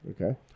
Okay